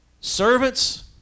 servants